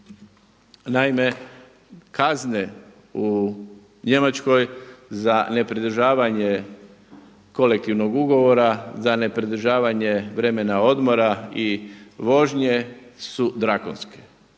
Naime, kazne u Njemačkoj za nepridržavanje kolektivnog ugovora, za nepridržavanje vremena odmora i vožnje su drakonske.